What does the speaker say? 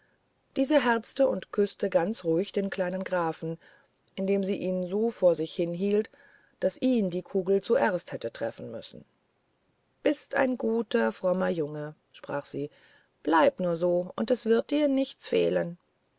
diese herzte und küßte ganz ruhig den kleinen grafen indem sie ihn so vor sich hin hielt daß ihn die kugel zuerst hätte treffen müssen bist ein guter frommer junge sprach sie bleibe nur so und es wird dir nicht fehlen